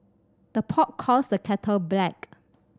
the pot calls the kettle black